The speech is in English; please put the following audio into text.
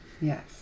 Yes